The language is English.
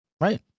right